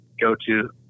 go-to